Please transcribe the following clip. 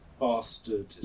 Bastard